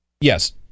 Yes